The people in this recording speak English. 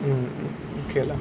mm mm okay lah